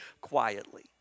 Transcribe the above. quietly